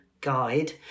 Guide